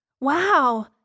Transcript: Wow